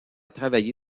travaillé